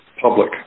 public